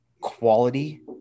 quality